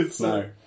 no